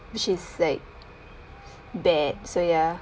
which is like bad so ya